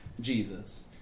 Jesus